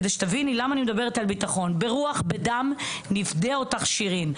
כדי שתביני למה אני מדברת על ביטחון: "ברוח ודם נפדה אותך שירין",